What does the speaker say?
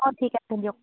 অঁ ঠিক আছে দিয়ক